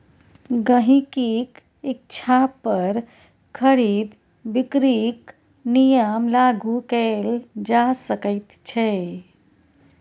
गहिंकीक इच्छा पर खरीद बिकरीक नियम लागू कएल जा सकैत छै